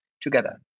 together